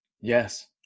Yes